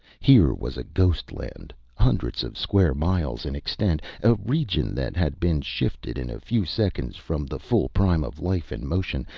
here was a ghost-land, hundreds of square miles in extent a region that had been shifted in a few seconds, from the full prime of life and motion,